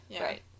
Right